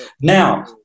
Now